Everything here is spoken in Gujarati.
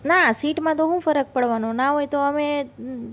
ના સીટમાં તો શું ફર્ક પડવાનો ના હોય તો અમે